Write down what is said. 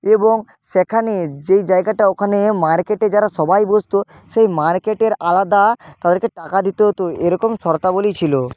এবং সেখানে যে জায়গাটা ওখানে মার্কেটে যারা সবাই বসতো সেই মার্কেটের আলাদা তাদেরকে টাকা দিতে হতো এরকম শর্তাবলী ছিলো